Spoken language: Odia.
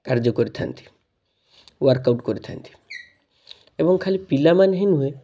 କାର୍ଯ୍ୟ କରିଥାନ୍ତି ୱାର୍କଆଉଟ କରିଥାଆନ୍ତି ଏବଂ ଖାଲି ପିଲାମାନେ ହିଁ ନୁହେଁ